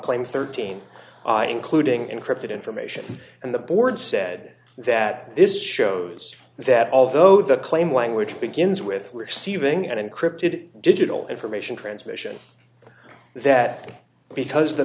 claim thirteen including encrypted information and the board said that this shows that although the claim language begins with receiving an encrypted digital information transmission that because the